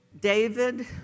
David